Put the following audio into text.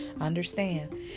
understand